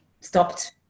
stopped